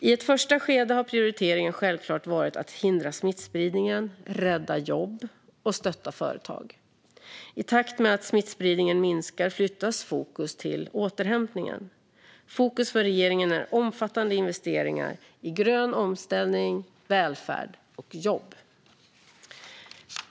I ett första skede har prioriteringen självklart varit att hindra smittspridningen, rädda jobb och stötta företag. I takt med att smittspridningen minskar flyttas fokus till återhämtningen. Fokus för regeringen är omfattande investeringar i grön omställning, välfärd och jobb.